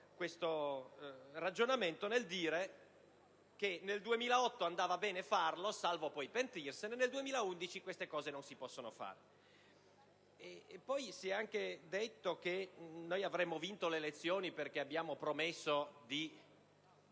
il ragionamento dicendo che nel 2008 andava bene farlo, salvo poi pentirsene, e dire - nel 2011 - che queste cose non si possono fare. Si è anche detto che noi avremmo vinto le elezioni perché abbiamo promesso di